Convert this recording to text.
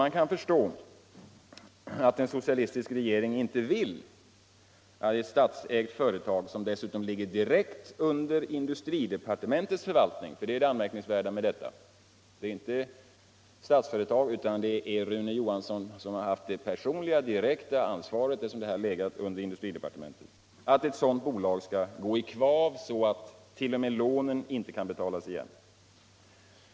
Man kan förstå att en socialistisk regering inte vill att ett statsägt företag som dessutom ligger direkt under departementets förvaltning — för det anmärkningsvärda med detta företag är att inte Statsföretag utan Rune Johansson har haft det personliga, direkta ansvaret, eftersom företaget har legat under industridepartementet — skall gå i kvav. så att inte ens lånen kan betalas igen.